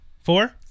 Four